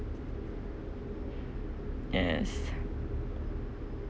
yes